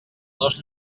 dos